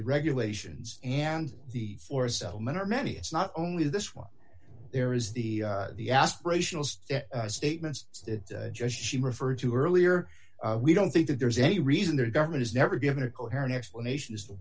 the regulations and the four settlement are many it's not only this one there is the the aspirational statements just she referred to earlier we don't think that there's any reason their government has never given a coherent explanation as to